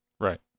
Right